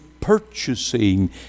purchasing